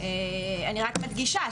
אני רק מדגישה,